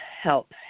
help